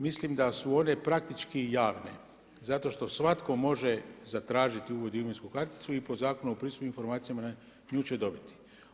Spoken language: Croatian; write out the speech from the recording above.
Mislim da su one praktički javne, zato što svako može zatražiti uvid u imovinsku karticu i po Zakonu o pristupu informacija, nju će dobiti.